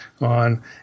on